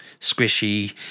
squishy